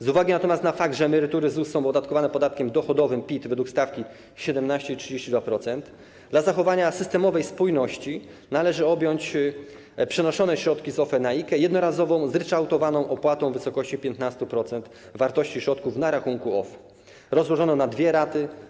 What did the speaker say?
Z uwagi natomiast na fakt, że emerytury ZUS są opodatkowane podatkiem dochodowym PIT według stawki 17 i 32%, dla zachowania systemowej spójność, należy objąć przenoszone środki z OFE na IKE jednorazową zryczałtowaną opłatą w wysokości 15% wartości środków na rachunku OFE, rozłożoną na dwie raty.